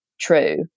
true